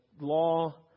law